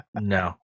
no